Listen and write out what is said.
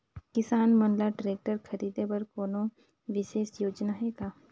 किसान मन ल ट्रैक्टर खरीदे बर कोनो विशेष योजना हे का?